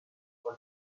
for